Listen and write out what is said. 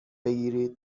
بگیرید